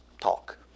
talk